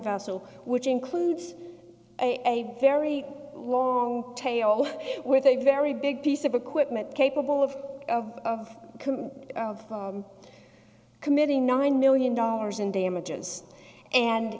vessel which includes a very long tail with a very big piece of equipment capable of of of committing nine million dollars in damages and